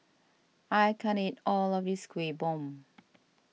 I can't eat all of this Kueh Bom